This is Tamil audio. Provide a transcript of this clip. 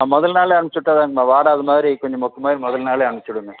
ஆ முதல் நாளே அனுச்சுட்டா தாங்கம்மா வாடாத மாதிரி கொஞ்சம் மொக்கு மாதிரி முதல் நாளே அனுச்சுடுங்க